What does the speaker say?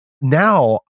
now